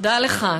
תודה לך,